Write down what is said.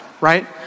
right